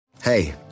Hey